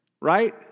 right